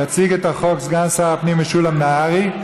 יציג את הצעת החוק סגן השר משולם נהרי.